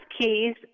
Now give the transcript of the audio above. keys